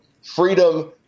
Freedom